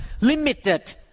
limited